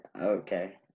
okay